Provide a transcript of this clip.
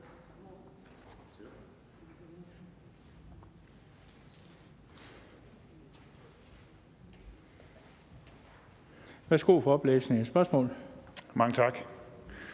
Værsgo for oplæsning af spørgsmålet.